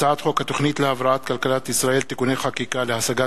הצעת חוק התוכנית להבראת כלכלת ישראל (תיקוני חקיקה להשגת